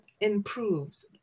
improved